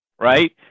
right